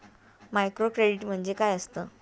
Microcredit म्हणजे काय असतं?